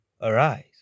arise